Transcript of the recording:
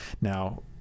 Now